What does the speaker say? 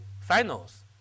finals